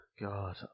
God